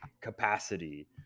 capacity